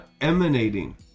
emanating